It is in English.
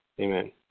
Amen